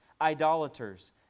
idolaters